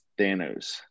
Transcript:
Thanos